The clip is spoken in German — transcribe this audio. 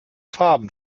farben